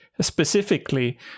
specifically